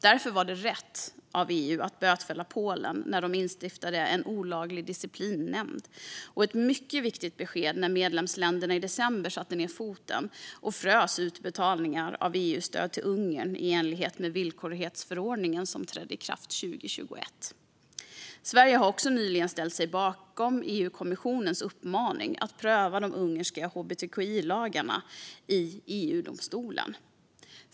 Därför var det rätt av EU att bötfälla Polen när de instiftade en olaglig disciplinnämnd, och det var ett mycket viktigt besked när medlemsländerna i december satte ned foten och frös utbetalningar av EU-stöd till Ungern i enlighet med villkorlighetsförordningen, som trädde i kraft 2021. Sverige har också nyligen ställt sig bakom EU-kommissionens uppmaning att pröva de ungerska hbtqi-lagarna i EU-domstolen.